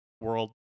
world